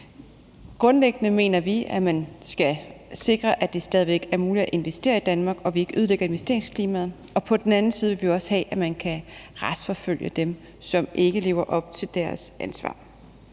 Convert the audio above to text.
Grundlæggende mener vi, at man skal sikre, at det stadig væk er muligt at investere i Danmark, og at vi ikke ødelægger investeringsklimaet. På den anden side vil vi også have, at man kan retsforfølge dem, som ikke lever op til deres ansvar.